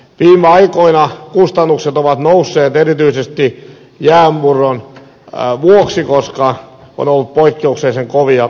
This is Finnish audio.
viime aikoina kustannukset ovat nousseet erityisesti jäänmurron vuoksi koska on ollut poikkeuksellisen kovia talvia